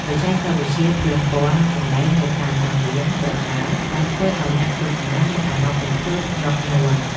បច្ចេកវិទ្យាភ្លើងពណ៌និងសំឡេងនៅតាមសង្វៀនប្រដាល់បានធ្វើឱ្យអ្នកទស្សនាមានអារម្មណ៍រំភើបញាប់ញ័រ។